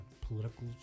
political